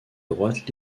droite